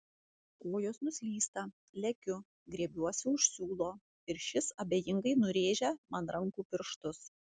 kojos nuslysta lekiu griebiuosi už siūlo ir šis abejingai nurėžia man rankų pirštus